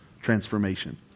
Transformation